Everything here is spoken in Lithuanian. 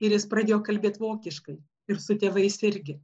ir jis pradėjo kalbėt vokiškai ir su tėvais irgi